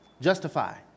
Justify